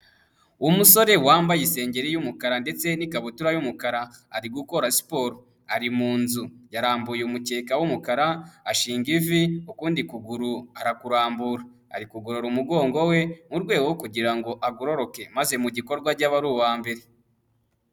Umusore wambaye isengeri y'umukara ndetse n'ikabutura y'umukara ari gukora siporo, ari mu nzu, yarambuye umukeka w'umukara, ashinga ivi, ukundi kuguru arakurambura, ari kugorora umugongo we mu rwego kugira ngo agororoke maze mu gikorwa ajye aba ari uwa mbere.